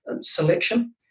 selection